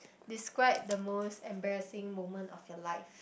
describe the most embarrassing moment of your life